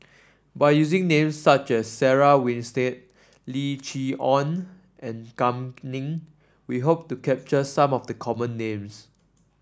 by using names such as Sarah Winstedt Lim Chee Onn and Kam Ning we hope to capture some of the common names